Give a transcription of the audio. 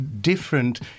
different